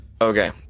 Okay